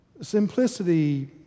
Simplicity